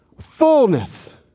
fullness